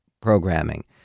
programming